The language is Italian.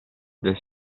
del